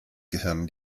gehirn